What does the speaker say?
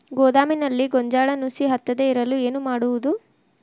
ಗೋದಾಮಿನಲ್ಲಿ ಗೋಂಜಾಳ ನುಸಿ ಹತ್ತದೇ ಇರಲು ಏನು ಮಾಡುವುದು?